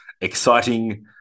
exciting